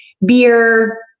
beer